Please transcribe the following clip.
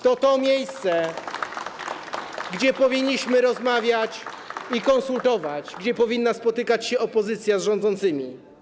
To jest to miejsce, gdzie powinniśmy rozmawiać i konsultować, gdzie powinna spotykać się opozycja z rządzącymi.